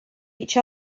each